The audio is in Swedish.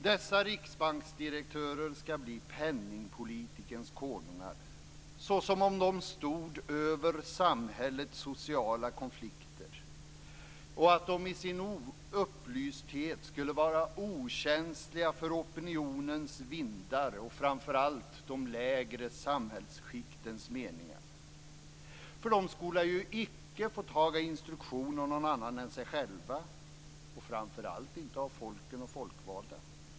Dessa riksbanksdirektörer skall bli penningpolitikens konungar, som om de stod över samhällets social konflikter, som om de i sin upplysthet skulle vara okänsliga för opinionens vindar och framför allt de lägre samhällsskiktens meningar. För de skola icke få taga instruktioner från någon annan än sig själva, framför allt inte av folket och folkvalda.